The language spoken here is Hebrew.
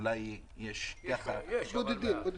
אולי יש בודדים